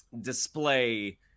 display